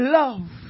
love